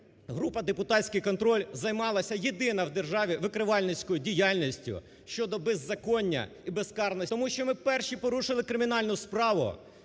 група "Депутатський контроль" займалася, єдина в державі, викривальницькою діяльністю щодо беззаконня і безкарності НАБУ. Тому що ми перші порушили кримінальну справу